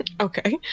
Okay